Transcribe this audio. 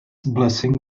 blessing